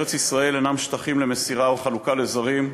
ארץ-ישראל אינה שטחים למסירה או לחלוקה לזרים,